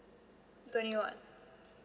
twenty one